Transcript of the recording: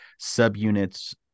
subunits